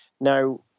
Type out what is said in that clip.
Now